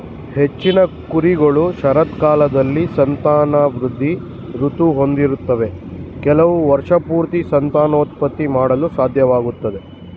ಹೆಚ್ಚಿನ ಕುರಿಗಳು ಶರತ್ಕಾಲದಲ್ಲಿ ಸಂತಾನವೃದ್ಧಿ ಋತು ಹೊಂದಿರ್ತವೆ ಕೆಲವು ವರ್ಷಪೂರ್ತಿ ಸಂತಾನೋತ್ಪತ್ತಿ ಮಾಡಲು ಸಾಧ್ಯವಾಗ್ತದೆ